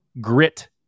grit